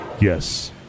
Yes